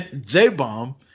J-Bomb